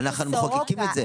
אנחנו מחוקקים את זה.